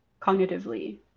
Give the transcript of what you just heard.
cognitively